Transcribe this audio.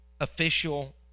official